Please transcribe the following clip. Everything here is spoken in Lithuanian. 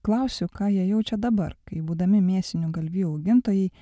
klausiu ką jie jaučia dabar kai būdami mėsinių galvijų augintojai